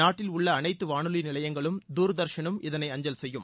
நாட்டில் உள்ள அனைத்து வானொலி நிலையங்களும் துர்தர்ஷனும் இதனை அஞ்சல் செய்யும்